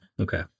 Okay